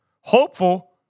hopeful